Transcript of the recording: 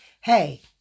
Hey